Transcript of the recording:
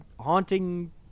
haunting